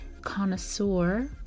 connoisseur